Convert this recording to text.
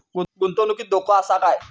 गुंतवणुकीत धोको आसा काय?